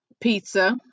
pizza